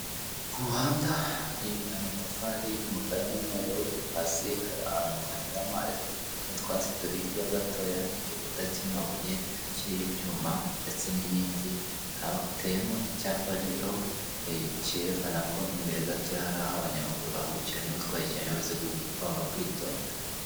Ku muhanda, hari amatafari y'umukara n'umweru, hasi hari ahantu hanyura amazi, n'utwatsi turi hirya gatoya, igikuta cy'amabuye kiriho ibyuma ndetse n'inkingi hateyemo icyapa, rero cyerekana ko imbere gato hari aho abanyamaguru bambukira, niba utwaye ikinyabiziga ugomba kwitonda.